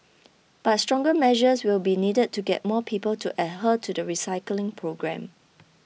but stronger measures will be needed to get more people to adhere to the recycling program